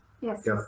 Yes